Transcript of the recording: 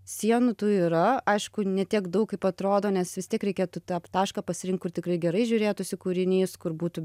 sienų tų yra aišku ne tiek daug kaip atrodo nes vis tiek reikėtų tašką pasirinkt kur tikrai gerai žiūrėtųsi kūrinys kur būtų